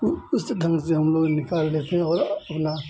उ उस ढंग से हमलोग निकाल लेते हैं और ओला